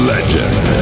Legend